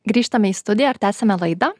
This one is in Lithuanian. grįžtame į studiją ir tęsiame laidą